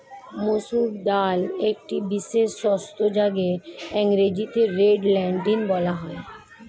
মুসুর ডাল একটি বিশেষ শস্য যাকে ইংরেজিতে রেড লেন্টিল বলা হয়